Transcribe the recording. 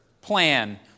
plan